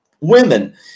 women